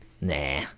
Nah